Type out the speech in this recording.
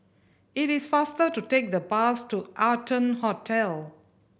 it is faster to take the bus to Arton Hotel